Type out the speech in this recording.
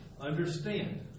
understand